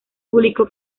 publicó